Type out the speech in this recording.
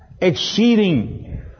exceeding